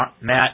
Matt